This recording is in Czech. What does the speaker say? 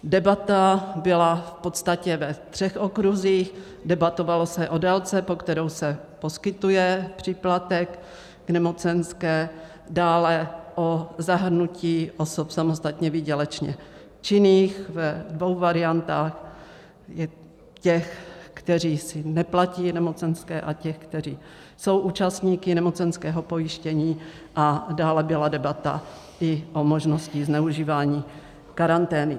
Debata byla v podstatě ve třech okruzích, debatovalo se o délce, po kterou se poskytuje příplatek k nemocenské, dále o zahrnutí osob samostatně výdělečně činných ve dvou variantách, těch, kteří si neplatí nemocenské a těch, kteří jsou účastníky nemocenského pojištění, a dále byla debata i o možnosti zneužívání karantény.